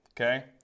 okay